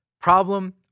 problem